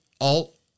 alt